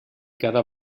cada